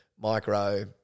micro